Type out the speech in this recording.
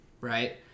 right